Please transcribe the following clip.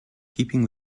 keeping